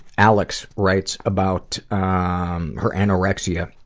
alex writes about um her anorexia,